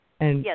yes